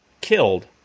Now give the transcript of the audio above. killed